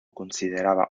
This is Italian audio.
considerava